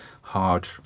hard